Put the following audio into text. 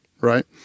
right